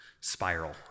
spiral